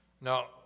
Now